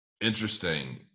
Interesting